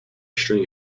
string